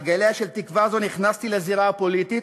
על גליה של תקווה זו נכנסתי לזירה הפוליטית,